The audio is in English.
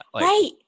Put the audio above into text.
Right